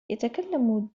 يتكلم